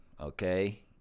okay